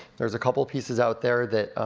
there's a couple pieces out there that